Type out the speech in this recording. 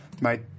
mate